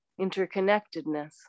interconnectedness